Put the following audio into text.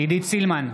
עידית סילמן,